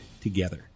together